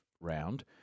round